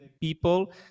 people